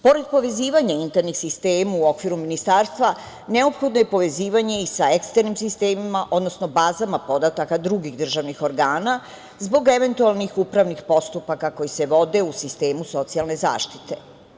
Pored povezivanja internih sistema u okviru ministarstva neophodno je povezivanje i sa eksternim sistemima, odnosno bazama podataka drugih državnih organa zbog eventualnih upravnih postupaka koji se vode u sistemu socijalne zaštite.